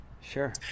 Sure